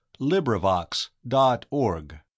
LibriVox.org